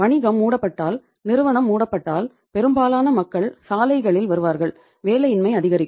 வணிகம் மூடப்பட்டால் நிறுவனம் மூடப்பட்டால் பெரும்பாலான மக்கள் சாலைகளில் வருவார்கள் வேலையின்மை அதிகரிக்கும்